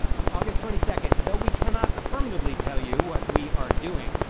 august twenty second, though we cannot affirmatively tell you what we are doing,